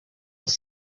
els